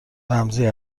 رمزی